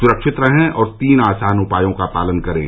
सुरक्षित रहें और तीन आसान उपायों का पालन करें